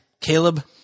Caleb